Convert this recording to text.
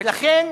ולכן,